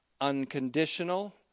unconditional